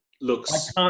looks